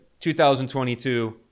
2022